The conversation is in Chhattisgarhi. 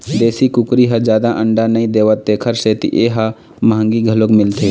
देशी कुकरी ह जादा अंडा नइ देवय तेखर सेती ए ह मंहगी घलोक मिलथे